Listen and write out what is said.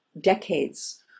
decades